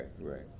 right